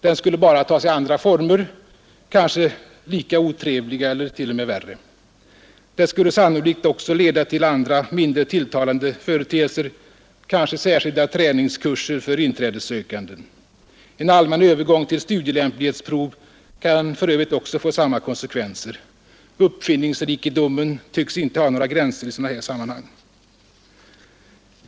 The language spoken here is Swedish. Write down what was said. Det skulle bara ta sig andra former, kanske lika otrevliga eller 1. 0. m. värre. Det skulle sannolikt också leda till andra mindre tilltalande företeelser, kanske särskilda träningskurser för inträdessökande. En allmän övergång till studielämplighetsprov kan för övrigt ocksa få samma konsekvenser. Uppfinningsrikedomen tycks inte ha nägra gränser I sadana sammanhang.